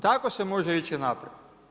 Tako se može ići naprijed.